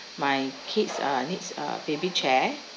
my kids uh needs a baby chair